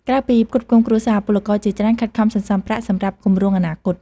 ក្រៅពីផ្គត់ផ្គង់គ្រួសារ ពលករជាច្រើនខិតខំសន្សំប្រាក់សម្រាប់គម្រោងអនាគត។